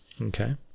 okay